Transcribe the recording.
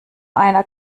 einer